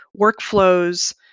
workflows